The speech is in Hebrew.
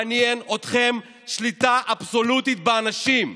מעניינת אתכם שליטה אבסולוטית באנשים.